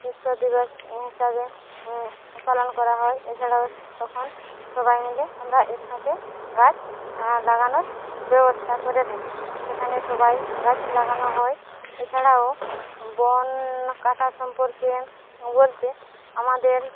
বিশ্ব দিবস হিসেবে পালন করা হয় এ ছাড়াও তখন সবাই মিলে আমরা একসাথে গাছ লাগানোর ব্যবস্থা করে থাকি সেখানে সবাই গাছ লাগানো হয় এ ছাড়াও বন কাটার সম্পর্কে বলতে আমাদের